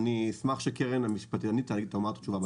אשמח שקרן גבאי המשפטנית תאמר תשובה בהקשר הזה.